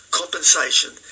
compensation